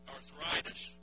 Arthritis